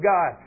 God